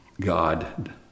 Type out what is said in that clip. God